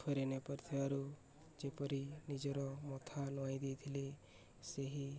ଫେରାଇ ନେଇ ପାରୁ ଥିବାରୁ ଯେପରି ନିଜର ମଥା ନୁଆଁଇ ଦେଇ ଥିଲେ ସେହି